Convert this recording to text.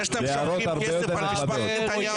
זה שאתם שופכים כסף על משפחת נתניהו,